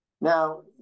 Now